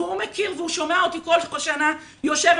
והוא מכיר והוא שומע אותי כל שנה יושבת